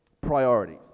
Priorities